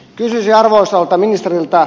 kysyisin arvoisalta ministeriltä